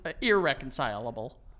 Irreconcilable